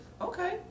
Okay